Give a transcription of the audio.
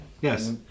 Yes